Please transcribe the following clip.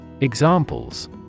Examples